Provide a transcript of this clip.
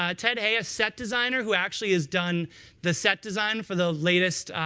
ah ted haigh, ah set designer, who actually has done the set design for the latest